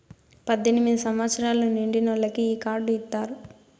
పద్దెనిమిది సంవచ్చరాలు నిండినోళ్ళకి ఈ కార్డు ఇత్తారు